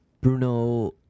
Bruno